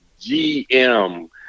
GM